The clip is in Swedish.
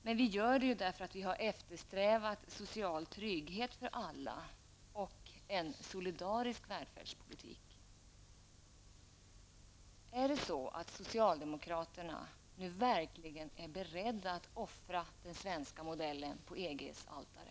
Men vi gör det därför att vi har eftersträvat social trygghet för alla och en solidarisk välfärdspolitik. Är socialdemokraterna nu beredda att offra den svenska modellen på EGs altare?